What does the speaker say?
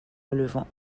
relevant